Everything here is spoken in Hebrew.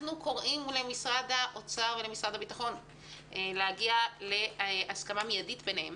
אנחנו קוראים למשרד האוצר ולמשרד הביטחון להגיע להסכמה מידית ביניהם